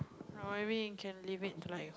no I mean it can live it to life